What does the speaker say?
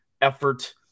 effort